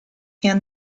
and